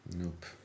Nope